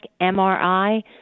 MRI